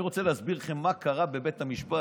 אני רוצה להסביר לכם מה קרה בבית המשפט,